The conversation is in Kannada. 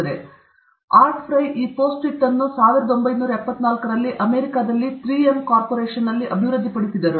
ಆದ್ದರಿಂದ ಆರ್ಟ್ ಫ್ರೈ ಈ ಪೋಸ್ಟ್ಐಟ್ ಅನ್ನು 1974 ರಲ್ಲಿ ಅಮೆರಿಕದಲ್ಲಿ 3 ಎಂ ಕಾರ್ಪೊರೇಷನ್ನಲ್ಲಿ ಅಭಿವೃದ್ಧಿಪಡಿಸಿದರು